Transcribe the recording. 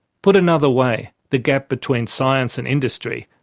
put another way the gap between science and industry,